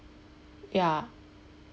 ya